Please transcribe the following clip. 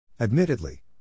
Admittedly